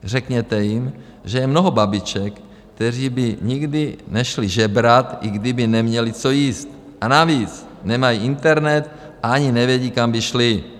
Řekněte jim, že je mnoho babiček, které by nikdy nešly žebrat, i kdyby neměly co jíst, a navíc nemají internet a ani nevědí, kam by šly.